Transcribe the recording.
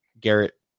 Garrett